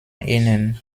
ihnen